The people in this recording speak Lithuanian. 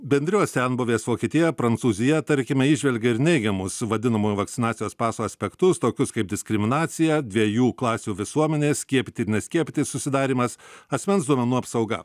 bendrijos senbuvės vokietija prancūzija tarkime įžvelgia ir neigiamus vadinamojo vakcinacijos paso aspektus tokius kaip diskriminacija dviejų klasių visuomenės skiepytis ir neskiepytis susidarymas asmens duomenų apsauga